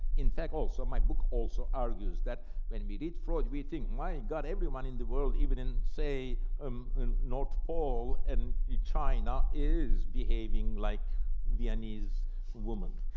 in fact also, my book also argues that when we read freud we think, my god, everyone in the world even in say um north pole and china is behaving like viennese woman.